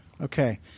okay